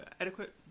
adequate